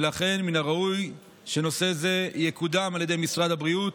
ולכן מן הראוי שנושא זה יקודם על ידי משרד הבריאות,